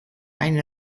hain